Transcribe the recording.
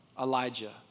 Elijah